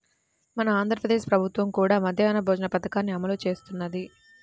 మన ఆంధ్ర ప్రదేశ్ ప్రభుత్వం కూడా మధ్యాహ్న భోజన పథకాన్ని అమలు చేస్తున్నది